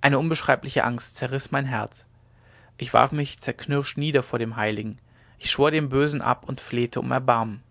eine unbeschreibliche angst zerriß mein herz ich warf mich zerknirscht nieder vor dem heiligen ich schwor dem bösen ab und flehte um erbarmen